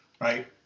right